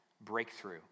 breakthrough